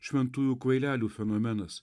šventųjų kvailelių fenomenas